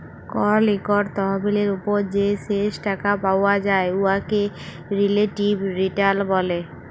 call ইকট তহবিলের উপর যে শেষ টাকা পাউয়া যায় উয়াকে রিলেটিভ রিটার্ল ব্যলে